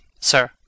sir